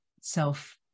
self